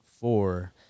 four